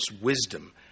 wisdom